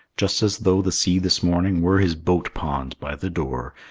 just as though the sea this morning were his boat pond by the door,